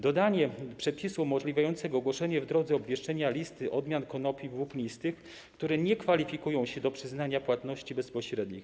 Dodanie przepisu umożliwiającego ogłoszenie w drodze obwieszczenia listy odmian konopi włóknistych, które nie kwalifikują się do przyznania płatności bezpośrednich.